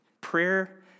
Prayer